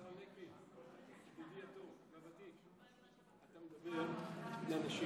אתה מדבר לאנשים